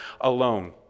alone